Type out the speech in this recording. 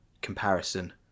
comparison